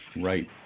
Right